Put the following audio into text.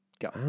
Go